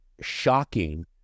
shocking